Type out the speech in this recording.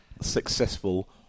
successful